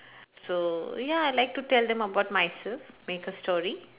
so ya I like to tell them about myself make a story